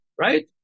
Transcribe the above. right